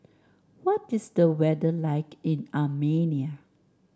what is the weather like in Armenia